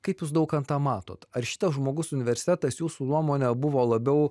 kaip jūs daukantą matot ar šitas žmogus universitetas jūsų nuomone buvo labiau